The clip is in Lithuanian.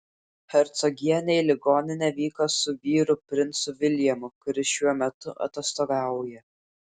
hercogienė į ligoninę vyko su vyru princu viljamu kuris šiuo metu atostogauja